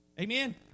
Amen